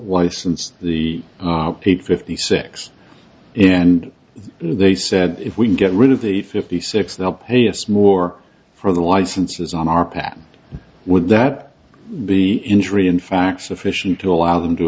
since the paid fifty six and they said if we get rid of the fifty six they'll pay us more for the licenses on our patent would that be injury in fact sufficient to allow them to